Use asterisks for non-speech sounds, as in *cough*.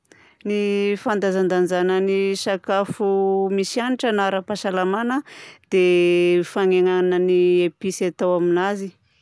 Ny *hesitation* fandanjandanjana ny *hesitation* sakafo *hesitation* misy hanitra na ara-pahasalamana dia ny fagnenana ny episy atao aminazy.